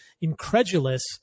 incredulous